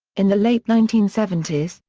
in the late nineteen seventy s,